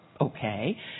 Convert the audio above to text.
okay